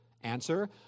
Answer